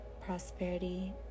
prosperity